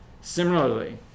Similarly